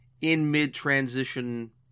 in-mid-transition